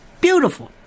Beautiful